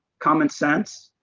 common sense.